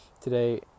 today